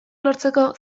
lortzeko